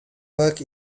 work